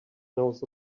knows